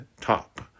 top